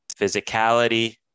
physicality